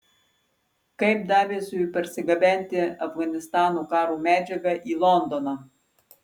kaip daviesui parsigabenti afganistano karo medžiagą į londoną